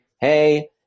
Hey